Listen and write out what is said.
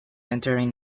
entering